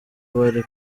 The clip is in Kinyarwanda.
bari